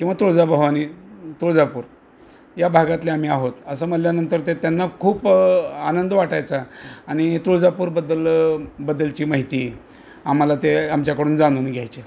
किंवा तुळजाभवानी तुळजापूर या भागातले आम्ही आहोत असं म्हल्यानंतर ते त्यांना खूप आनंद वाटायचा आणि तुळजापूरबद्दल बद्दलची माहिती आम्हाला ते आमच्याकडून जाणून घ्यायचे